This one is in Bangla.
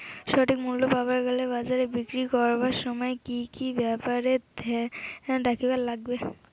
সঠিক মূল্য পাবার গেলে বাজারে বিক্রি করিবার সময় কি কি ব্যাপার এ ধ্যান রাখিবার লাগবে?